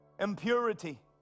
impurity